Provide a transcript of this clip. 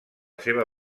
seva